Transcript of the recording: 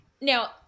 Now